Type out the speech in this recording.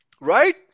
Right